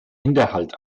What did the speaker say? hinterhalt